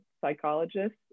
psychologists